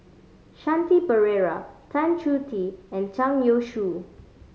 Shanti Pereira Tan Choh Tee and Zhang Youshuo